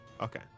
Okay